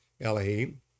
Elohim